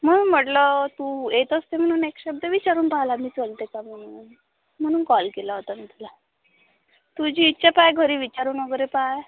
म्हणून म्हटलं तू येत असते म्हणून एक शब्द विचारून पहायला मी चलते का म्हणून म्हणून कॉल केला होता मी तुला तुझी इच्छा तर आहे घरी विचारून वगैरे पहा